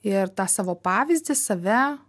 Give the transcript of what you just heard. ir tą savo pavyzdį save